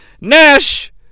Nash